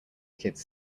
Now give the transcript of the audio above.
kids